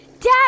Dad